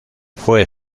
fue